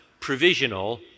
provisional